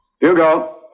Hugo